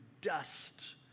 dust